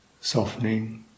softening